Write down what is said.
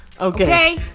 Okay